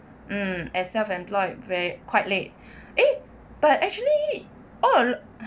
mm as self employed ver~ quite late eh but actually all !huh!